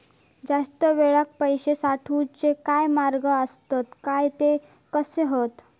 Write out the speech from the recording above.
जास्त वेळाक पैशे साठवूचे काय मार्ग आसत काय ते कसे हत?